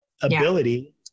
ability